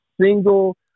single